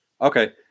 Okay